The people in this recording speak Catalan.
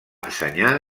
ensenyar